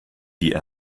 die